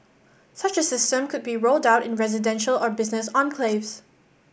such a system could be rolled out in residential or business enclaves